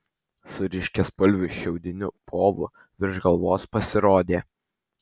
su ryškiaspalviu šiaudiniu povu virš galvos pasirodė